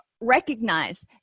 recognize